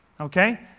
Okay